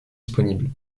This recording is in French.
disponibles